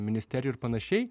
ministerijų ir panašiai